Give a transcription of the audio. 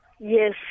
Yes